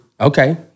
Okay